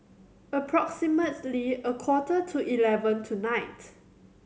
approximately a quarter to eleven tonight